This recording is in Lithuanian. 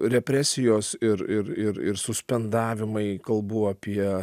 represijos ir ir ir ir suspendavimai kalbu apie